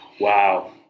Wow